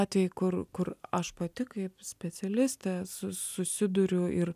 atvejai kur kur aš pati kaip specialistė su susiduriu ir